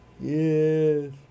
yes